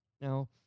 Now